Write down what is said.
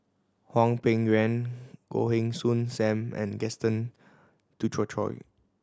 Hwang Peng Yuan Goh Heng Soon Sam and Gaston Dutronquoy